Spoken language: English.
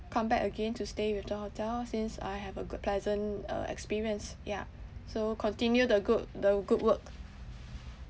come back again to stay with the hotel since I have a go~ pleasant uh experience ya so continue the good the good work